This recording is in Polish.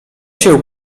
się